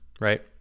right